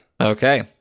okay